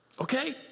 Okay